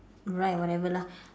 right whatever lah